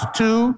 two